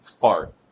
fart